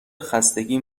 خستگی